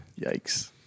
Yikes